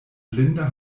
blinda